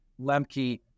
Lemke